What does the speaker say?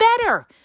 better